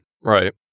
Right